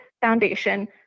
foundation